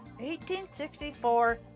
1864